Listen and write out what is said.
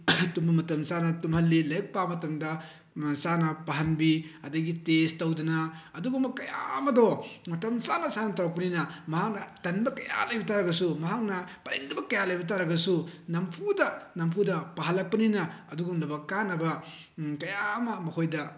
ꯇꯨꯝꯕ ꯃꯇꯝ ꯆꯥꯅ ꯇꯨꯝꯍꯜꯂꯤ ꯂꯥꯏꯔꯤꯛ ꯄꯥꯕ ꯃꯇꯝꯗ ꯃꯇꯝꯆꯥꯅ ꯄꯥꯍꯟꯕꯤ ꯑꯗꯒꯤ ꯇꯦꯁ ꯇꯧꯗꯅ ꯑꯗꯨꯒꯨꯝꯕ ꯀꯌꯥ ꯑꯃꯗꯣ ꯃꯇꯝ ꯆꯥꯅ ꯆꯥꯅ ꯇꯧꯔꯛꯄꯅꯤꯅ ꯃꯍꯥꯛꯅ ꯇꯟꯕ ꯀꯌꯥ ꯂꯩꯕ ꯇꯥꯔꯒꯁꯨ ꯃꯍꯥꯛꯅ ꯄꯥꯅꯤꯡꯗꯕ ꯀꯌꯥ ꯂꯩꯕ ꯇꯥꯔꯒꯁꯨ ꯅꯝꯐꯨꯗ ꯅꯝꯐꯨꯗ ꯄꯥꯍꯜꯂꯛꯄꯅꯤꯅ ꯑꯗꯨꯒꯨꯝꯂꯕ ꯀꯥꯟꯅꯕ ꯀꯌꯥ ꯑꯃ ꯃꯈꯣꯏꯗ